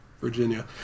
Virginia